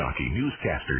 newscaster